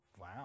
Wow